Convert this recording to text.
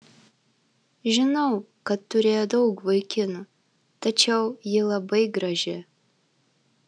žinau kad turėjo daug vaikinų tačiau ji labai graži